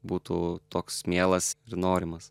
būtų toks mielas ir norimas